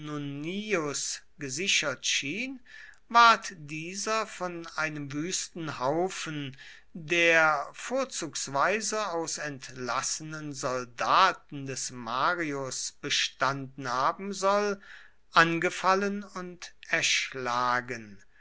gesichert schien ward dieser von einem wüsten haufen der vorzugsweise aus entlassenen soldaten des marius bestanden haben soll angefallen und erschlagen